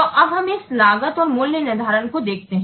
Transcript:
तो अब हम इस लागत और मूल्य निर्धारण को देखते हैं